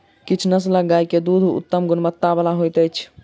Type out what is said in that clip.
किछ नस्लक गाय के दूध उत्तम गुणवत्ता बला होइत अछि